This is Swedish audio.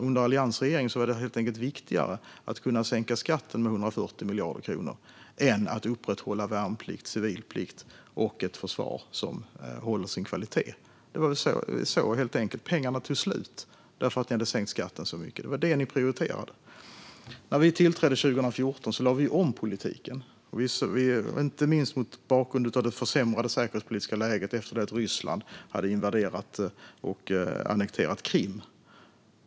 Under alliansregeringen var det helt enkelt viktigare att kunna sänka skatten med 140 miljarder kronor än att upprätthålla värnplikt, civilplikt och ett försvar som håller sin kvalitet. Pengarna tog slut för att ni hade sänkt skatten så mycket. Det var detta ni prioriterade. När vi tillträdde 2014 lade vi om politiken, inte minst mot bakgrund av det försämrade säkerhetspolitiska läget efter att Ryssland hade invaderat och annekterat Krim.